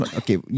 okay